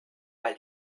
weil